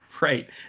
Right